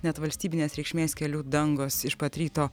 net valstybinės reikšmės kelių dangos iš pat ryto